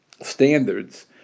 standards